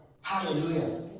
hallelujah